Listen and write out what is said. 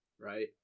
right